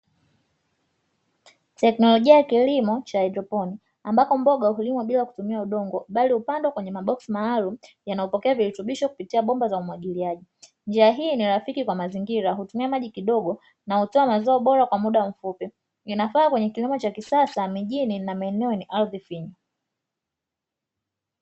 Teknolojia ya kilimo cha haidroponi, ambapo mboga hulimwa bila kutumia udongo bali hupandwa kwenye maboksi maalumu, yanayopokea virutubisho kupitia bomba za umwagiliaji. Njia hii ni rafiki kwa mazingira, hutumia maji kidogo na hutoa mazao bora kwa muda mfupi. Inafaa kwenye kilimo cha kisasa mijini na maeneo yenye ardhi finyu.